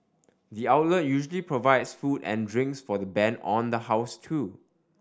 the outlet usually provides food and drinks for the band on the house too